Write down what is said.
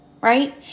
right